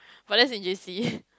but that's in J_C